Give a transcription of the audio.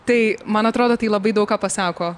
tai man atrodo tai labai daug ką pasako